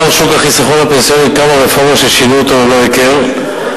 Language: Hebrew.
שוק החיסכון הפנסיוני כמה רפורמות ששינו אותו ללא הכר.